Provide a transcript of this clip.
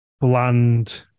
bland